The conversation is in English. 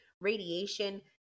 Radiation